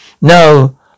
No